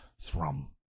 Thrum